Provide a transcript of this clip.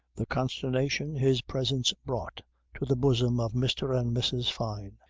the consternation his presence brought to the bosom of mr. and mrs. fyne.